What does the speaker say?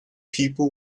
people